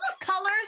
colors